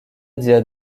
dire